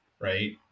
right